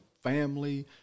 family